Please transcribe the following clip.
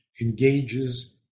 engages